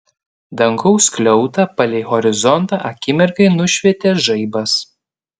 dangaus skliautą palei horizontą akimirkai nušvietė žaibas